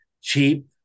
Cheap